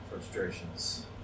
frustrations